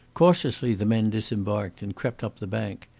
cautiously the men disembarked and crept up the bank.